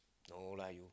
no lah you